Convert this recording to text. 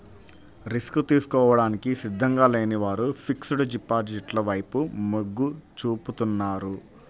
risk తీసుకోవడానికి సిద్ధంగా లేని వారు ఫిక్స్డ్ డిపాజిట్ల వైపు మొగ్గు చూపుతున్నారు